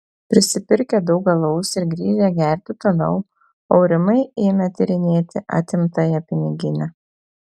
prisipirkę daug alaus ir grįžę gerti toliau aurimai ėmė tyrinėti atimtąją piniginę